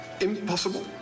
Impossible